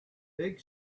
big